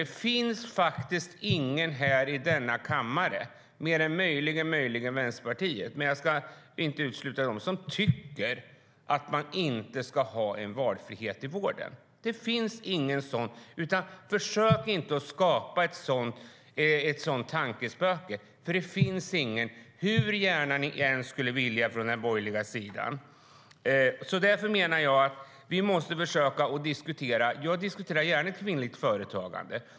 Det finns faktiskt ingen i denna kammare - mer än möjligen Vänsterpartiet, men jag ska inte utesluta dem - som tycker att man inte ska ha valfrihet i vården. Det finns ingen som tycker det. Försök inte skapa ett sådant tankespöke, för det finns inget, hur gärna ni på den borgerliga sidan än skulle vilja det. Därför menar jag att vi måste försöka diskutera. Jag diskuterar gärna kvinnligt företagande.